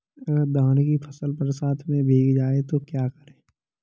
अगर धान की फसल बरसात में भीग जाए तो क्या करें?